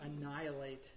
annihilate